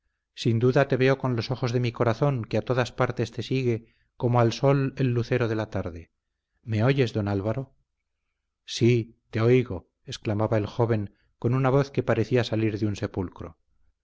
sin duda te veo con los ojos de mi corazón que a todas partes te sigue como al sol el lucero de la tarde me oyes don álvaro sí te oigo exclamaba el joven con una voz que parecía salir de un sepulcro